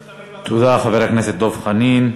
מצטרפים, תודה, חבר הכנסת דב חנין.